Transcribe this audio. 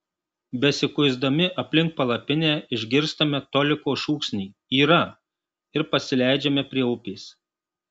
besikuisdami aplink palapinę išgirstame toliko šūksnį yra ir pasileidžiame prie upės